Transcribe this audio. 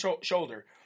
shoulder